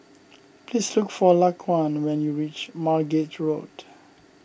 please look for Laquan when you reach Margate Road